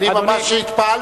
כי אני ממש התפעלתי,